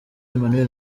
emmanuel